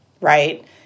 right